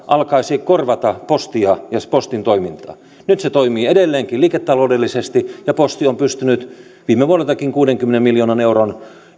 alkaisi korvata postia ja postin toimintaa nyt se toimii edelleenkin liiketaloudellisesti ja posti on pystynyt viime vuodeltakin kuudenkymmenen miljoonan euron